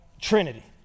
Trinity